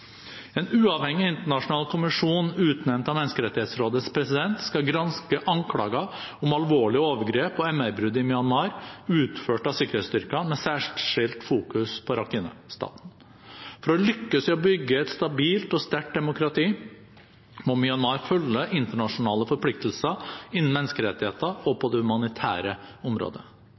En uavhengig internasjonal kommisjon utnevnt av Menneskerettighetsrådets president skal granske anklager om alvorlige overgrep og MR-brudd i Myanmar utført av sikkerhetsstyrkene, med særskilt fokus på Rakhine-staten. For å lykkes med å bygge et stabilt og sterkt demokrati må Myanmar følge internasjonale forpliktelser innen menneskerettigheter og på det humanitære området.